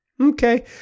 okay